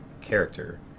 character